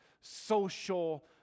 social